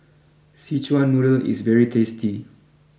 Szechuan Noodle is very tasty